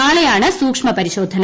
നാളെയാണ് സൂക്ഷ്മ പരിശോധന